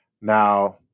Now